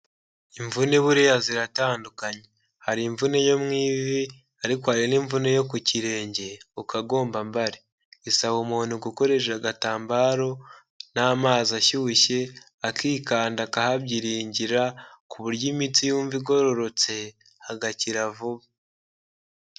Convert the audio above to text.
Imvune buriya ziratandukanye , hari imvune yo mu ivi, ariko hari n'imvune yo ku kirenge ukagombabare . Isaba umuntu gukoresha agatambaro n'amazi ashyushye akikanda akahabyiringira, ku buryo imitsi yumva igororotse hagakira vuba .